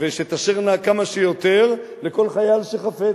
ושתשרנה כמה שיותר לכל חייל שחפץ,